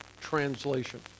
translation